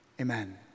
Amen